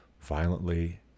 violently